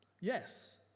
Yes